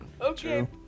Okay